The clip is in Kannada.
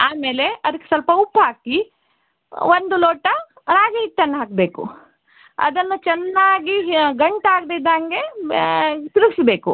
ಆಮೇಲೆ ಅದಕ್ಕೆ ಸ್ವಲ್ಪ ಉಪ್ಪು ಹಾಕಿ ಒಂದು ಲೋಟ ರಾಗಿ ಹಿಟ್ಟನ್ನ ಹಾಕ್ಬೇಕು ಅದನ್ನು ಚನ್ನಾಗಿ ಗಂಟು ಆಗದಿದ್ದಂಗೆ ತಿರ್ಗಿಸಬೇಕು